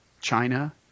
China